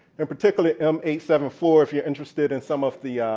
and particularly m eight seven four if you're interested in some of the